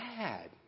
bad